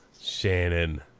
Shannon